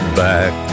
back